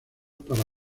para